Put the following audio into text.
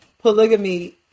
polygamy